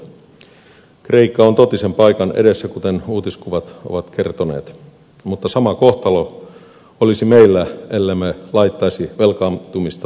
kreikka on totisen paikan edessä kuten uutiskuvat ovat kertoneet mutta sama kohtalo olisi meillä ellemme laittaisi velkaantumistamme kuriin